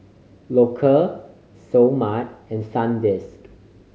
Loacker Seoul Mart and Sandisk